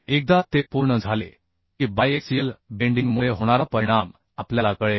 एकदा ते पूर्ण झाले की बायएक्सियल बेंडिंगमुळे होणारा परिणाम आपल्याला कळेल